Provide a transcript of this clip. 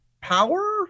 power